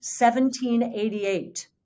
1788